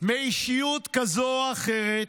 מאישיות כזאת או אחרת,